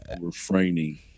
refraining